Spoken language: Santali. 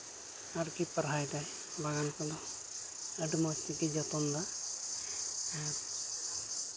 ᱟᱨᱠᱤ ᱯᱟᱦᱨᱟᱭ ᱮᱫᱟᱭ ᱵᱟᱜᱟᱱ ᱠᱚᱫᱚ ᱟᱹᱰᱤ ᱢᱚᱡᱽ ᱛᱮᱜᱮ ᱡᱚᱛᱚᱱᱫᱟ ᱟᱨ